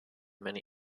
many